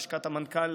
ללשכת המנכ"ל,